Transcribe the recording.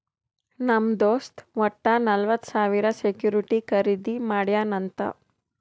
ನಮ್ ದೋಸ್ತ್ ವಟ್ಟ ನಲ್ವತ್ ಸಾವಿರ ಸೆಕ್ಯೂರಿಟಿ ಖರ್ದಿ ಮಾಡ್ಯಾನ್ ಅಂತ್